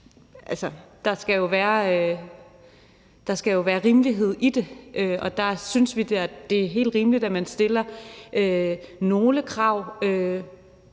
der skal jo være rimelighed i det, og der synes vi da, at det er helt rimeligt, at man stiller nogle krav